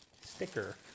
sticker